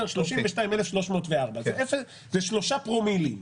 32,304. זה שלושה פרומילים.